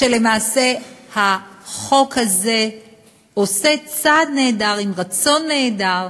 למעשה החוק הזה עושה צעד נהדר, עם רצון נהדר,